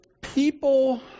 people